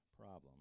problem